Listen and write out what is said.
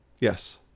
Yes